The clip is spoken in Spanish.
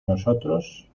nosotros